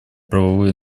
правовые